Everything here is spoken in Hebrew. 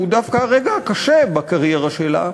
שהוא דווקא הרגע הקשה בקריירה שלה,